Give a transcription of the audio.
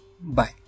Bye